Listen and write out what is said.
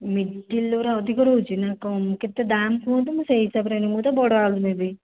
ମିଡ଼ିଲ୍ର ଅଧିକ ରହୁଛି ନା କମ୍ କେତେ ଦାମ୍ କୁହନ୍ତୁ ମୁଁ ସେଇ ହିସାବରେ ମୁଁ ତ ବଡ଼ ଆଳୁ ନେବି